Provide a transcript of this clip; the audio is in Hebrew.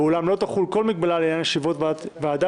ואולם לא תחול כל מגבלה לעניין ישיבות ועדה